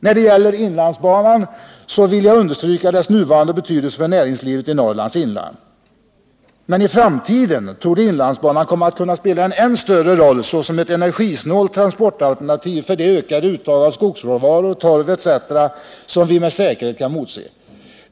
När det gäller inlandsbanan vill jag understryka dess nuvarande betydelse för näringslivet i Norrlands inland. Men i framtiden torde inlandsbanan komma att spela en än större roll såsom ett energisnålt transportalternativ för de ökade uttag av skogsråvaror och torv etc. som vi med säkerhet kan emotse.